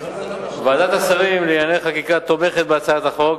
ועדת השרים לענייני חקיקה תומכת בהצעת החוק